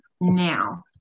now